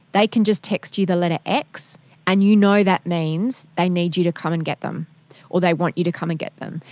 they can just text you the letter x and you know that means they need you to come and get them or they want you to come and get them.